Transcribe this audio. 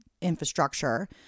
infrastructure